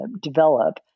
develop